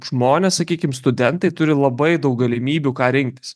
žmonės sakykim studentai turi labai daug galimybių ką rinktis